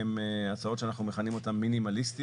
הן הצעות שאנחנו מכנים אותן מינימליסטיות.